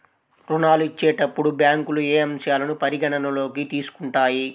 ఋణాలు ఇచ్చేటప్పుడు బ్యాంకులు ఏ అంశాలను పరిగణలోకి తీసుకుంటాయి?